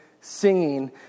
singing